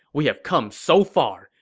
we have come so far.